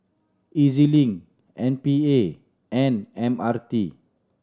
E Z Link M P A and M R T